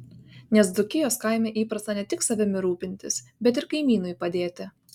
nes dzūkijos kaime įprasta ne tik savimi rūpintis bet ir kaimynui padėti